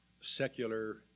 secular